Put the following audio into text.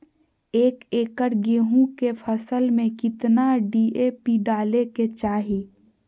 एक एकड़ गेहूं के फसल में कितना डी.ए.पी डाले के चाहि?